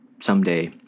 someday